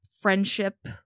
friendship